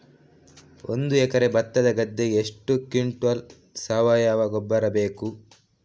ಒಂದು ಎಕರೆ ಭತ್ತದ ಗದ್ದೆಗೆ ಎಷ್ಟು ಕ್ವಿಂಟಲ್ ಸಾವಯವ ಗೊಬ್ಬರ ಬೇಕು?